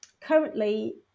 currently